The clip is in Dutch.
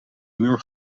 muur